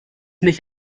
nicht